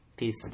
Peace